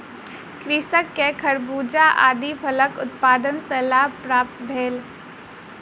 कृषक के खरबूजा आदि फलक उत्पादन सॅ लाभ प्राप्त भेल